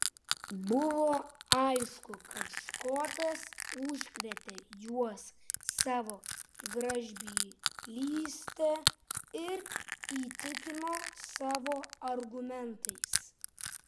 buvo aišku kad škotas užkrėtė juos savo gražbylyste ir įtikino savo argumentais